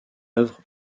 œuvre